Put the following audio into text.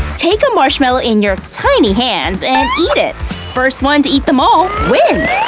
take a marshmallow in your tiny hands and eat it! first one to eat them all wins!